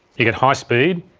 you get high speed,